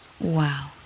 Wow